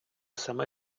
саме